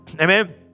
Amen